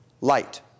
light